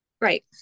Right